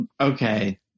Okay